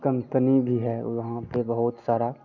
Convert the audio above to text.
company भी है वहाँ पर बहुत सारे